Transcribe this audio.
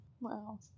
Wow